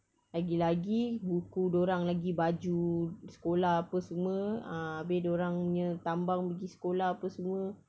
lagi-lagi buku dia orang lagi baju sekolah apa semua ah abeh dia orang punya tambang pergi sekolah apa semua